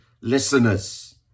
listeners